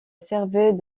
servait